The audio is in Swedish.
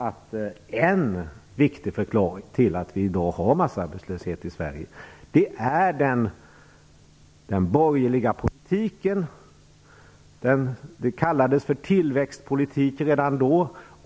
Men en viktig förklaring till att vi i dag har massarbetslöshet är ändå den borgerliga politik som redan då kallades för tillväxtpolitik.